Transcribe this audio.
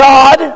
God